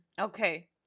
Okay